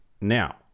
Now